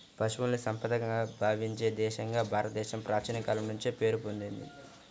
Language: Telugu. పశువుల్ని సంపదగా భావించే దేశంగా భారతదేశం ప్రాచీన కాలం నుంచే పేరు పొందింది